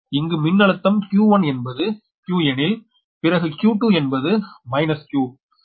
இங்கு மின்னழுத்தம் q1 என்பது q எனில் பிறகு q2 என்பது மைனஸ் q